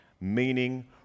meaning